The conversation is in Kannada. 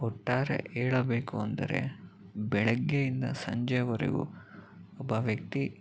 ಒಟ್ಟಾರೆ ಹೇಳಬೇಕು ಅಂದರೆ ಬೆಳಗ್ಗೆಯಿಂದ ಸಂಜೆವರೆಗೂ ಒಬ್ಬ ವ್ಯಕ್ತಿ